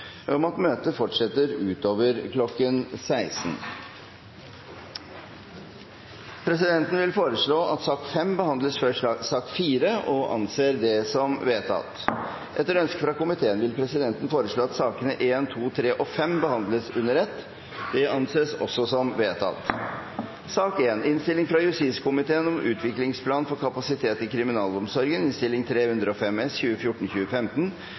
om at møtet fortsetter utover kl. 16. Presidenten vil foreslå at sak nr. 5 behandles før sak nr. 4 – og anser det som vedtatt. Etter ønske fra justiskomiteen vil presidenten foreslå at sakene nr. 1, 2, 3 og 5 behandles under ett. – Det anses også vedtatt. Etter ønske fra justiskomiteen